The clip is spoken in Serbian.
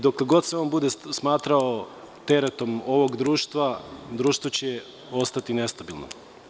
Dokle god se on bude smatrao teretom ovog društva, društvo će biti nestabilno.